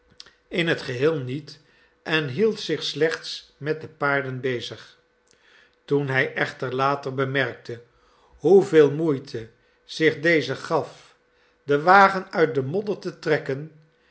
in t geheel niet en hield zich slechts met de paarden bezig toen hij echter later bemerkte hoeveel moeite zich deze gaf den wagen uit den modder te trekken